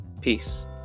peace